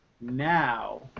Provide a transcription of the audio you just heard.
now